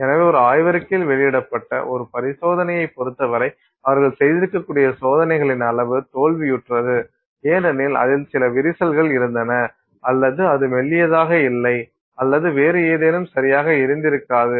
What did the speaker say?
எனவே ஒரு ஆய்வறிக்கையில் வெளியிடப்பட்ட ஒரு பரிசோதனையைப் பொறுத்தவரை அவர்கள் செய்திருக்கக்கூடிய சோதனைகளின் அளவு தோல்வியுற்றது ஏனெனில் அதில் சில விரிசல்கள் இருந்தன அல்லது அது மெல்லியதாக இல்லை அல்லது வேறு ஏதேனும் சரியாக இருந்திருக்காது